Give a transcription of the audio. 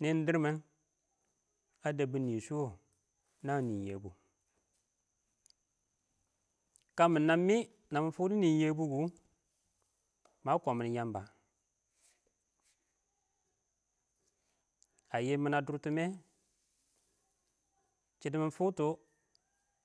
nɪndɪr mɪn naə fokdɔ nən nɪn yabu kə mɪ nəm mɪn, yɛbʊ kʊ ma komɪn yamba. A yɪmɪnɛ a durtume shɪdo mɪ fʊkto.